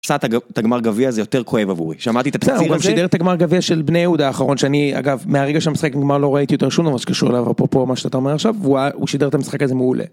הפסדת גמר גביע, זה יותר כואב עבורי. שמעתי את התקצירים של... הוא גם שידר את הגמר גביע של בני יהודה האחרון שאני... אגב, מהרגע שהמשחק נגמר לא ראיתי יותר שום דבר שקשור אליו, אפרופו מה שאתה אומר עכשיו, והוא שידר את המשחק הזה מעולה.